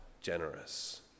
generous